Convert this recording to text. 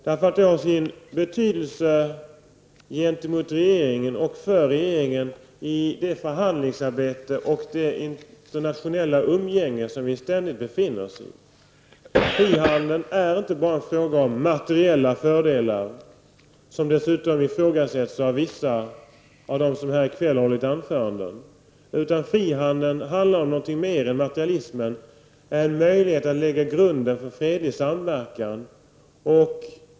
Den har nämligen sin betydelse gentemot regeringen och för regeringen i det förhandlingsarbete och det internationella umgänge som vi ständigt befinner oss i. Frihandeln är inte bara en fråga om materiella fördelar, som dessutom ifrågasätts av vissa av dem som här i kväll har hållit anföranden, utan frihandeln rör någonting mer än materialismen, nämligen en möjlighet att lägga grunden för en fredlig samverkan.